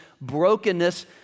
brokenness